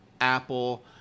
Apple